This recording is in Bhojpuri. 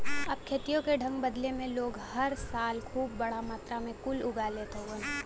अब खेतियों के ढंग बदले से लोग हर साले खूब बड़ा मात्रा मे कुल उगा लेत हउवन